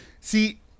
See